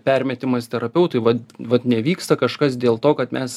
permetimas terapeutui vat vat nevyksta kažkas dėl to kad mes